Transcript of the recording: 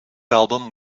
album